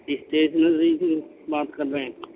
stationery سے بات کر رہے ہیں